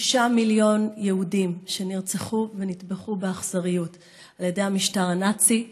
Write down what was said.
שישה מילון יהודים שנרצחו ונטבחו באכזריות על ידי המשטר הנאצי.